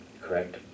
correct